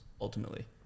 ultimately